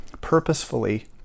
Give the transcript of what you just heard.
purposefully